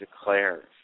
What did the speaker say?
declares